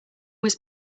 was